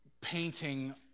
painting